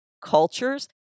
cultures